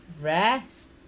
rest